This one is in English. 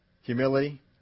Humility